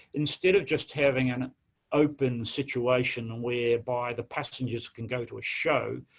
instead of just having and an open situation whereby the passengers can go to a show,